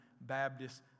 Baptist